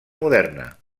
moderna